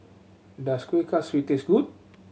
does Kuih Kaswi taste good